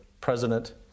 president